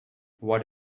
what